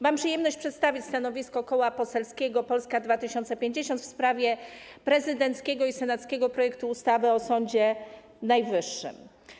Mam przyjemność przedstawić stanowisko Koła Poselskiego Polska 2050 w sprawie prezydenckiego i senackiego projektów ustaw o zmianie ustawy o Sądzie Najwyższym.